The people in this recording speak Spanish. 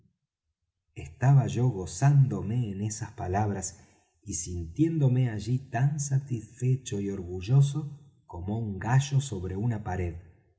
estaba yo gozándome en esas palabras y sintiéndome allí tan satisfecho y orgulloso como un gallo sobre una pared